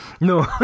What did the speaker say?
No